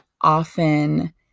often